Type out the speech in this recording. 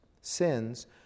sins